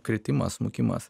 kritimas smukimas